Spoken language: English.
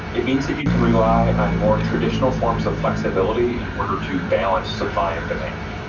it means that you can rely on more traditional forms of flexibility in order to balance supply and demand.